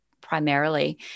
primarily